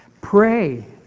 pray